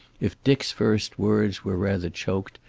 if dick's first words were rather choked,